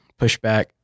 pushback